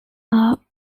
are